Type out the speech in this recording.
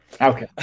Okay